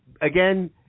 again